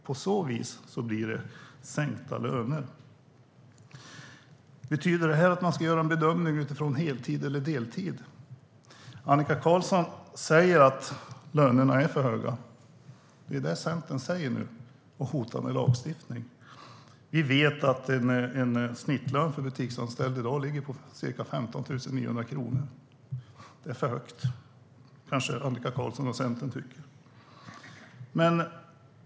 På så vis blir det sänkta löner. Betyder det att man ska göra en bedömning utifrån heltid eller deltid? Annika Qarlsson säger att lönerna är för höga. Det är vad Centern säger nu, och man hotar med lagstiftning. Vi vet att en snittlön för en butiksanställd i dag ligger på ca 15 900 kronor. Det är för högt, tycker kanske Annika Qarlsson och Centern. Fru talman!